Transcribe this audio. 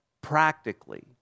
practically